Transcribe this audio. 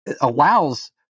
allows